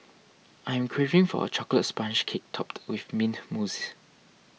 I am craving for a Chocolate Sponge Cake Topped with Mint Mousse